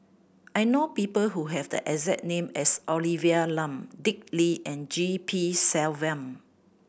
I know people who have the exact name as Olivia Lum Dick Lee and G P Selvam